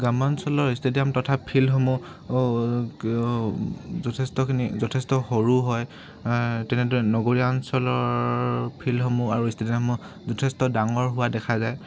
গ্ৰাম্যাঞ্চলৰ ষ্টেডিয়াম তথা ফিল্ডসমূহ যথেষ্টখিনি যথেষ্ট সৰু হয় তেনেদৰে নগৰীয়া অঞ্চলৰ ফিল্ডসমূহ আৰু ষ্টেডিয়ামসমূহ যথেষ্ট ডাঙৰ হোৱা দেখা যায়